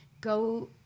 go